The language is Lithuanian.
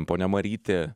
ponia marytė